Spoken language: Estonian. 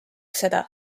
seda